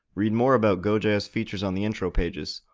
read more about gojs features on the intro pages,